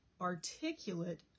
articulate